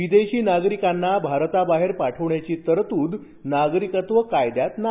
विदेशी नागरिकांना भारताबाहेर पाठवण्याची तरतूद नागरिकत्व कायद्यात नाही